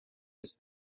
his